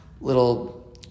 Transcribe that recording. little